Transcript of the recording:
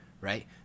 right